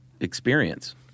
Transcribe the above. experience